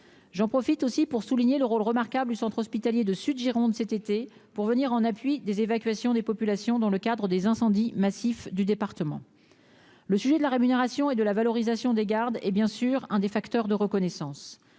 j'en profite aussi pour souligner le rôle remarquable du centre hospitalier de sud-Gironde cet été pour venir en appui des évacuations des populations dans le cadre des incendies massifs du département, le sujet de la rémunération et de la valorisation des gardes et bien sûr un des facteurs de reconnaissance